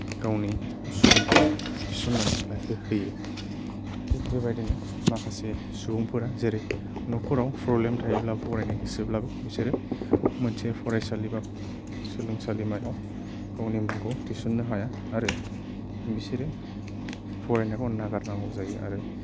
गावनि समखौ थिसन्नानै लायो होयो थिग बेबायदिनो माखासे सुबुंफोरा जेरै न'खराव प्रब्लेम थायोब्ला फरायनो गोसोबाबो बिसोरो मोनसे फरायसालि बा सोलोंसालिमायाव गावनि मुंखौ थिसन्नो हाया आरो बिसोरो फरायनायखौ नागारनांगौ जायो आरो